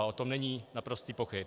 O tom není naprostých pochyb.